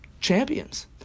champions